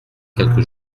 quelques